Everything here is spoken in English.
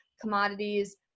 commodities